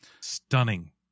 Stunning